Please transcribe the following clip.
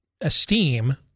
esteem